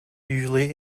usually